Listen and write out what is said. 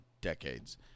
decades